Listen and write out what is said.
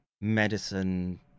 medicine